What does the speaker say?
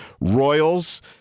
Royals